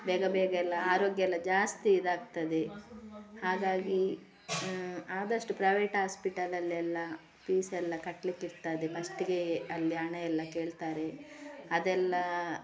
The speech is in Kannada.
ಬೇಗ ಬೇಗ ಎಲ್ಲ ಆರೋಗ್ಯ ಎಲ್ಲ ಜಾಸ್ತಿ ಇದಾಗ್ತದೆ ಹಾಗಾಗಿ ಆದಷ್ಟು ಪ್ರೈವೇಟ್ ಆಸ್ಪಿಟಲಲ್ಲೆಲ್ಲಾ ಪೀಸ್ ಎಲ್ಲ ಕಟ್ಟಲಿಕ್ಕಿರ್ತದೆ ಫಸ್ಟಿಗೆ ಅಲ್ಲಿ ಹಣಯೆಲ್ಲ ಕೇಳ್ತಾರೆ ಅದೆಲ್ಲ